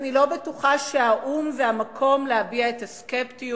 אני לא בטוחה שהאו"ם זה המקום להביע את הסקפטיות.